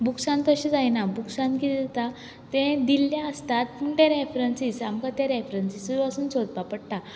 बूक्सान तशें जायना बूक्सान कितें जाता तें दिल्लें आसता पूण ते रेफरन्सीस आमकां ते रेफरन्सीसय वचोन सोदपा पडटा